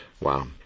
Wow